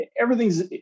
Everything's